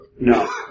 No